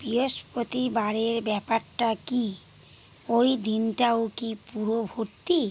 বৃহস্পতিবারের ব্যাপারটা কী ওই দিনটাও কি পুরো ভর্তি